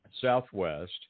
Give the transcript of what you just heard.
Southwest